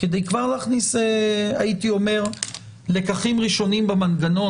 כדי להכניס כבר לקחים ראשוניים במנגנון.